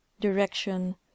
Direction